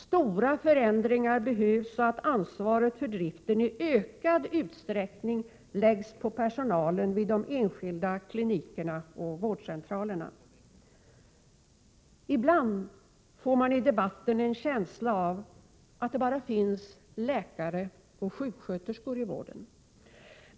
Stora förändringar behövs så att ansvaret för driften i ökad utsträckning läggs på personalen vid de enskilda klinikerna och vårdcentralerna. Ibland får man i debatten en känsla av att det finns bara läkare och sjuksköterskor i vården.